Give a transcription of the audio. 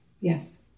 Yes